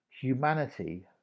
Humanity